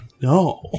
No